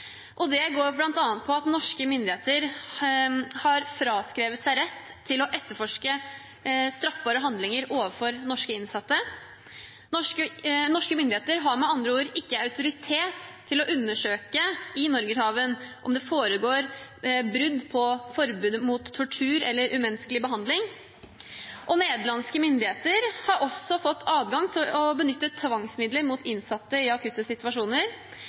Norgerhaven. Det går bl.a. på at norske myndigheter har fraskrevet seg rett til å etterforske straffbare handlinger overfor norske innsatte. Norske myndigheter har med andre ord ikke autoritet til å undersøke om det i Norgerhaven foregår brudd på forbudet mot tortur eller umenneskelig behandling. Nederlandske myndigheter har også fått adgang til å benytte tvangsmidler mot innsatte i akutte situasjoner,